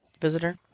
visitor